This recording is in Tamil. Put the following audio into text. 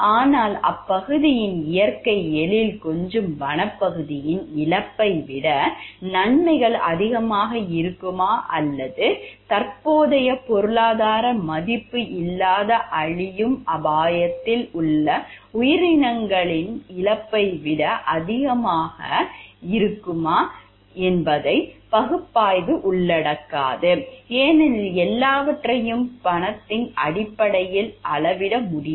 ஆனால் அப்பகுதியின் இயற்கை எழில் கொஞ்சும் வனப்பகுதியின் இழப்பை விட நன்மைகள் அதிகமாக இருக்குமா அல்லது தற்போதைய பொருளாதார மதிப்பு இல்லாத அழியும் அபாயத்தில் உள்ள உயிரினங்களின் இழப்பை விட அதிகமாக இருக்குமா என்பதை பகுப்பாய்வு உள்ளடக்காது ஏனெனில் எல்லாவற்றையும் பணத்தின் அடிப்படையில் அளவிட முடியாது